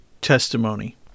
testimony